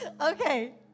Okay